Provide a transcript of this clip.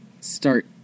start